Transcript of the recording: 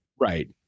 Right